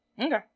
Okay